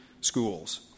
schools